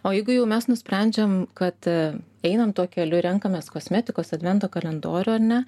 o jeigu jau mes nusprendžiam kad einam tuo keliu renkamės kosmetikos advento kalendorių ar ne